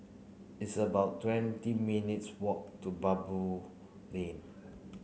it's about twenty minutes' walk to Baboo Lane